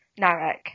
Narek